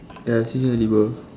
ya sea urchin edible